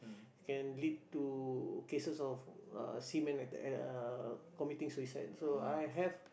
can lead to cases of uh seaman uh committing suicide so I have